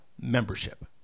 membership